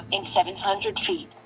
in seven hundred feet.